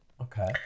Okay